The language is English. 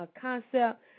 concept